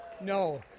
no